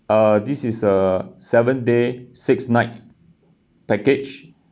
uh this is a seven day six night package